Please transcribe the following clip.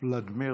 ולדימיר